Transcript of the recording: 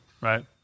right